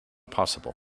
possible